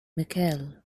michel